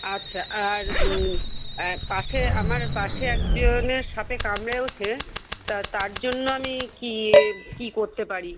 আচ্ছা আর পাশে আমার পাশে একজনের সাপে কামড়েওছে তা তার জন্য আমি কী কী করতে পারি